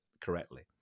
correctly